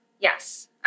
Yes